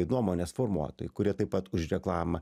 nuomonės formuotojai kurie taip pat už reklamą